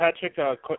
Patrick